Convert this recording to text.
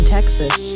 Texas